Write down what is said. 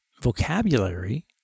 vocabulary